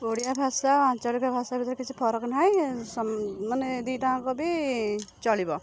ଓଡ଼ିଆ ଭାଷା ଆଞ୍ଚଳିକ ଭାଷା ଭିତରେ କିଛି ଫରକ ନାହିଁ ମାନେ ଦି'ଟା ଙ୍କ ବି ଚଳିବ